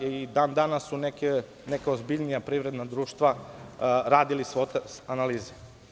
I dan danas su neka ozbiljnija privredna društva radila Swot analize.